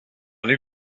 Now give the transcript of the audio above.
new